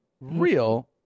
real